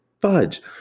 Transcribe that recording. fudge